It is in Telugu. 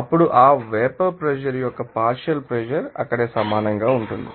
అప్పుడు ఆ వేపర్ ప్రెషర్ యొక్క పార్షియల్ ప్రెషర్ అక్కడ సమానంగా ఉంటుంది